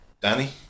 Danny